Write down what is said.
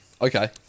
Okay